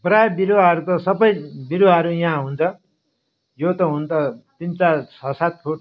प्रायः बिरुवाहरू त सबै बिरुवाहरू यहाँ हुन्छ यो त हुनु त तिन चार छ सात फुट